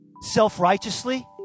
self-righteously